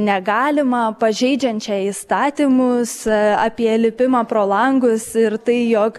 negalimą pažeidžiančią įstatymus apie lipimą pro langus ir tai jog